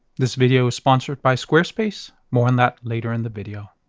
this video is sponsored by squarespace, more on that later in the video.